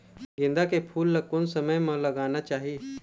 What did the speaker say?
गेंदा के फूल ला कोन समय मा लगाना चाही?